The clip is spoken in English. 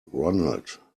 ronald